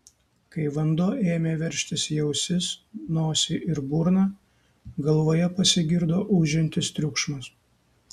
kai vanduo ėmė veržtis į ausis nosį ir burną galvoje pasigirdo ūžiantis triukšmas